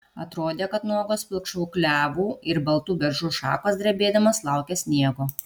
atrodė kad nuogos pilkšvų klevų ir baltų beržų šakos drebėdamos laukia sniego